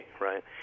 right